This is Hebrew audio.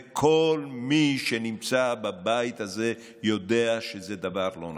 כל מי שנמצא בבית הזה יודע שזה דבר לא נכון.